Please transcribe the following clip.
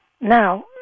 Now